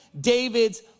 David's